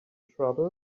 trouble